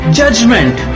judgment